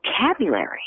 vocabulary